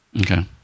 Okay